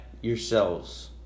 yourselves